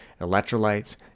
electrolytes